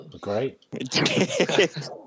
Great